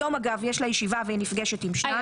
אגב, היום יש לה ישיבה והיא נפגשת עם שניים.